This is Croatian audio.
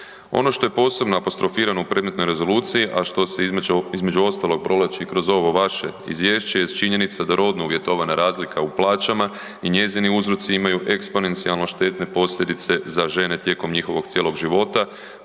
Ono što je posebno apostrofirano u predmetnoj rezoluciji, a što se između, između ostalog provlači kroz ovo vaše izvješće jest činjenica da rodno uvjetovana razlika u plaćama i njezini uzroci imaju eksponencijalno štetne posljedice za žene tijekom njihovog cijelog života